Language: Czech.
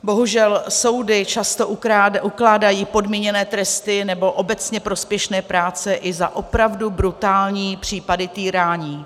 Bohužel soudy často ukládají podmíněné tresty, nebo obecně prospěšné práce i za opravdu brutální případy týrání.